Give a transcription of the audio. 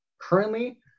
currently